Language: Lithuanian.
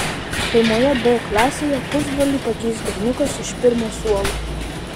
pirmoje b klasėje pusbrolį pakeis berniukas iš pirmo suolo